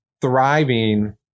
thriving